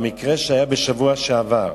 המקרה שהיה בשבוע שעבר,